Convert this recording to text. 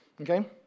Okay